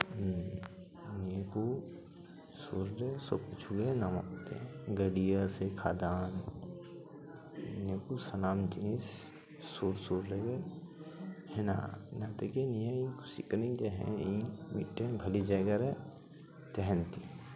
ᱱᱤᱭᱟᱹ ᱠᱚ ᱥᱳᱨ ᱨᱮ ᱥᱚᱵᱠᱤᱪᱷᱩ ᱜᱮ ᱧᱟᱢᱚᱜ ᱛᱮ ᱜᱟᱰᱤᱭᱟᱹ ᱥᱮ ᱠᱷᱟᱫᱟᱱ ᱱᱤᱭᱟᱹ ᱠᱚ ᱥᱟᱱᱟᱢ ᱡᱤᱱᱤᱥ ᱥᱩᱨ ᱥᱩᱨ ᱨᱮᱜᱮ ᱦᱮᱱᱟᱜᱼᱟ ᱤᱱᱟᱛᱮᱜᱮ ᱱᱤᱭᱟᱹ ᱤᱧ ᱠᱩᱥᱤᱜ ᱠᱟᱱᱟᱧ ᱡᱮ ᱦᱮᱸ ᱤᱧ ᱢᱤᱫᱴᱮᱱ ᱵᱷᱟᱞᱮ ᱡᱟᱭᱜᱟᱨᱮ ᱛᱟᱦᱮᱱ ᱛᱮ